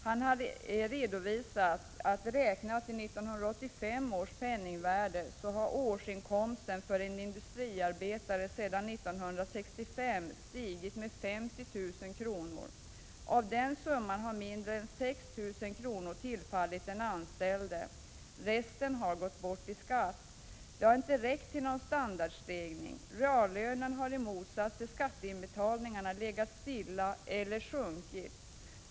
Han har redovisat att räknat i 1985 års penningvärde har årskostnaden för en industriarbetare sedan 1965 stigit med 50 000 kr. Av den summan har mindre än 6 000 kr. tillfallit den anställde. Resten har gått bort i skatt. Det har inte räckt till någon standardstegring. Reallönen har i motsats till skatteinbetalningarna legat stilla eller sjunkit.